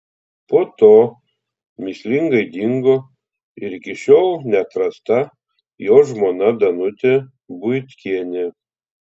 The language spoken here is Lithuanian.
po to mįslingai dingo ir iki šiol neatrasta jo žmona danutė buitkienė